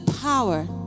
power